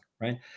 right